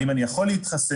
האם אני יכול להתחסן,